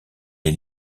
est